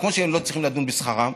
כמו שהם לא צריכים לדון בשכרם,